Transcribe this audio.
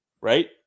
Right